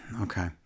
Okay